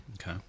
Okay